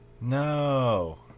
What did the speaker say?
No